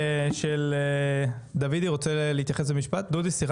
רוצה להתייחס במשפט?